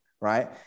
right